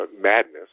madness